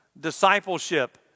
discipleship